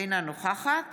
אינה נוכחת